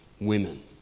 women